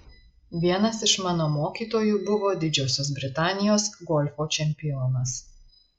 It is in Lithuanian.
vienas iš mano mokytojų buvo didžiosios britanijos golfo čempionas